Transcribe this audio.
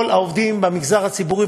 כל העובדים במגזר הציבורי,